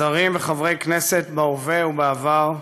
שרים וחברי הכנסת בהווה ובעבר,